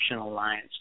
Alliance